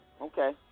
Okay